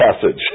passage